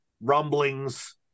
rumblings